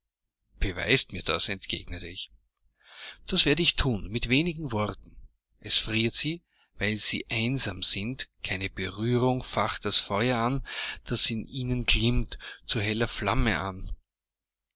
beweist mir das entgegnete ich das werde ich thun mit wenigen worten es friert sie weil sie einsam sind keine berührung facht das feuer das in ihnen glimmt zur hellen flamme an